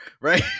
right